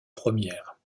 première